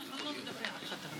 אני לא יכול להצביע.